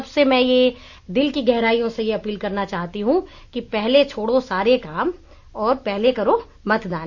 सबसे मैं ये दिल की गहराइयों से यह अपील करना चाहती हूं कि पहले छोड़ों सारे काम और पहले करो मतदान